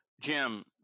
Jim